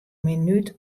minút